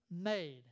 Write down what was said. made